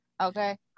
okay